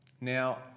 Now